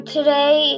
Today